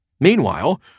Meanwhile